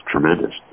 tremendous